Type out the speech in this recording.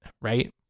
right